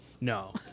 No